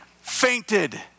fainted